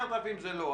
10,000 זה לא.